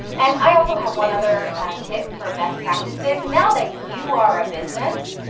and i also have one other tip for best practices. now that you are a business,